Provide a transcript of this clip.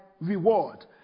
reward